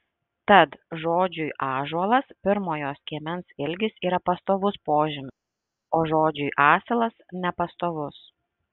tad žodžiui ąžuolas pirmojo skiemens ilgis yra pastovus požymis o žodžiui asilas nepastovus